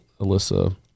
Alyssa